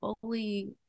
fully